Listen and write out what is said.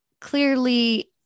clearly